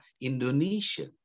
Indonesia